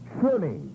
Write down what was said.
Surely